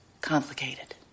Complicated